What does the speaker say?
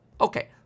Okay